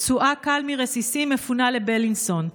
פצועה קל מרסיסים מפונה לבילינסון,